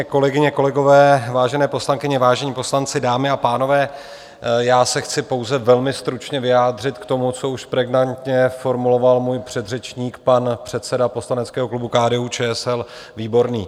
Kolegyně, kolegové, vážené poslankyně, vážení poslanci, dámy a pánové, já se chci pouze velmi stručně vyjádřit k tomu, co už pregnantně formuloval můj předřečník, pan předseda poslaneckého klubu KDUČSL Výborný.